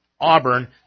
Auburn